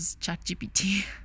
ChatGPT